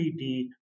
3D